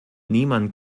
niemand